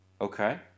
Okay